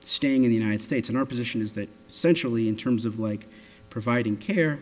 staying in the united states and our position is that centrally in terms of like providing care